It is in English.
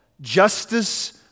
justice